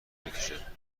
میکشه